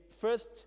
first